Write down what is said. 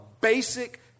basic